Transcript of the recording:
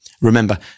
Remember